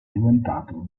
diventato